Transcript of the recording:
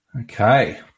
Okay